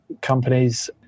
companies